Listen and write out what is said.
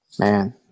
Man